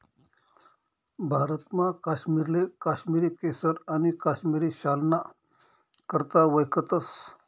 भारतमा काश्मीरले काश्मिरी केसर आणि काश्मिरी शालना करता वयखतस